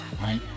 right